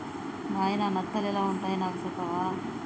నాయిన నత్తలు ఎలా వుంటాయి నాకు సెప్పవా